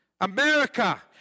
America